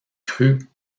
cru